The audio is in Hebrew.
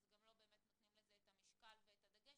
אז גם לא באמת נותנים לזה את המשקל ואת הדגש.